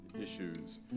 issues